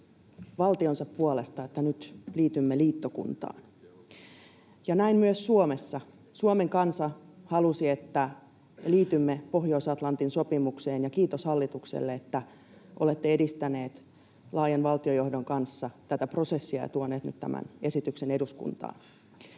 valtionsa puolesta, että nyt liitymme liittokuntaan, ja näin myös Suomessa: Suomen kansa halusi, että liitymme Pohjois-Atlantin sopimukseen, ja kiitos hallitukselle, että olette edistäneet laajan valtionjohdon kanssa tätä prosessia ja tuoneet nyt tämän esityksen eduskuntaan.